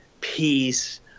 peace